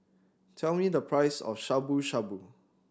tell me the price of Shabu Shabu